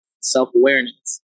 self-awareness